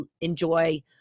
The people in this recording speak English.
enjoy